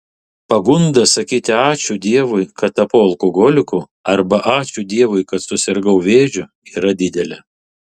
pagunda sakyti ačiū dievui kad tapau alkoholiku arba ačiū dievui kad susirgau vėžiu yra didelė